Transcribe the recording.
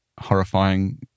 horrifying